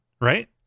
right